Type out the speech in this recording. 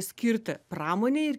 skirti pramonei